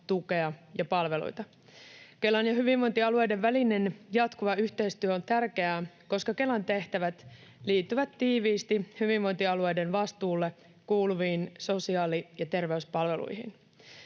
tukea ja palveluita. Kelan ja hyvinvointialueiden välinen jatkuva yhteistyö on tärkeää, koska Kelan tehtävät liittyvät tiiviisti hyvinvointialueiden vastuulle kuuluviin sosiaali‑ ja terveyspalveluihin.